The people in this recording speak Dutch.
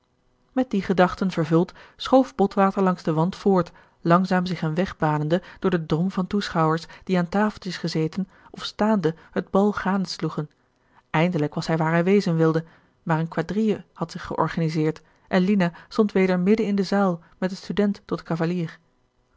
met die gedachten vervuld schoof botwater langs den wand voort langzaam zich een weg banende door den drom van toeschouwers die aan tafeltjes gezeten of staande het bal gadesloegen eindelijk was hij waar hij wezen wilde maar een quadrille had zich georganiseerd en lina stond weder midden in de zaal met een student tot cavalier